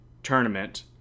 Tournament